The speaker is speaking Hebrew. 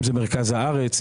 אם זה מרכז הארץ,